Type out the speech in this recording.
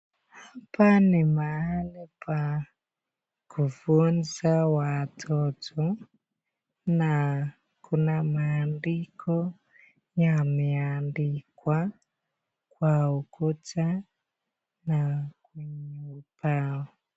Hapa ni mahali pa kufunza watoto, na kuna maandiko yameandikwa kwa ukuta, na kwenye ubao.